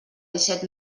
disset